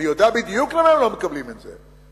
אני יודע בדיוק למה הם לא מקבלים את זה,